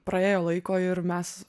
praėjo laiko ir mes